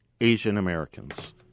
Asian-Americans